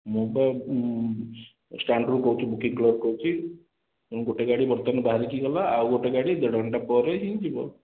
ମୁଁ ଷ୍ଟାଣ୍ଡରୁ କହୁଛି ବୁକିଂ କ୍ଲର୍କ କହୁଛି ଗୋଟେ ଗାଡ଼ି ବର୍ତ୍ତମାନ ବାହାରିକି ଗଲା ଆଉ ଗୋଟେ ଗାଡ଼ି ଦେଢ଼ ଘଣ୍ଟା ପରେ ହିଁ ଯିବ